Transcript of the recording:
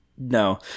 No